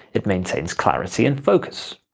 it maintains clarity and focus.